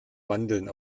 mandeln